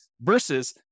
versus